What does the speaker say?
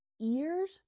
Ears